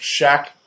Shaq